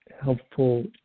helpful